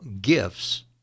gifts